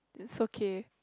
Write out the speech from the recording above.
it's okay